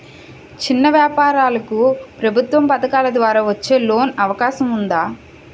చిన్న వ్యాపారాలకు ప్రభుత్వం పథకాల ద్వారా వచ్చే లోన్ అవకాశం ఉందా?